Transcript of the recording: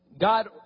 God